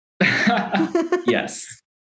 Yes